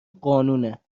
قانونه